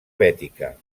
bètica